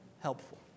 helpful